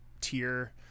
tier